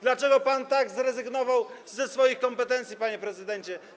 Dlaczego pan tak zrezygnował ze swoich kompetencji, panie prezydencie?